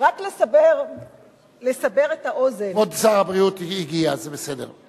רק לסבר את האוזן, כבוד שר הבריאות הגיע, זה בסדר.